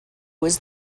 was